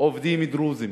עובדים דרוזים.